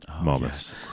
moments